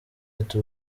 ati